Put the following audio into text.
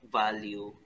value